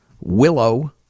Willow